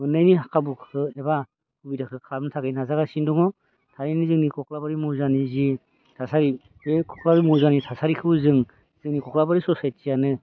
मोननायनि खाबुखो एबा सुबिदाखो खालामनो थाखै नाजागासिनो दङ थारैनो जोंनि कख्लाबारि मौजानि जि थासारि बे कख्लाबारि मौजानि थासारिखौ जों जोंनि कख्लाबारि ससाइटियानो